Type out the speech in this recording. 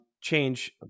change